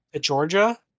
Georgia